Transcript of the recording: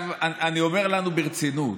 ועכשיו אני אומר לנו ברצינות: